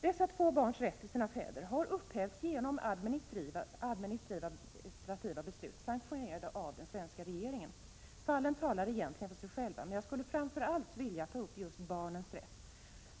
Dessa två barns rätt till sina fäder har upphävts genom administrativa beslut, sanktionerade av den svenska regeringen. Fallen talar egentligen för sig själva, men jag skulle framför allt vilja ta upp just barnens rätt.